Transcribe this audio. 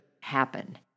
happen